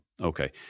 Okay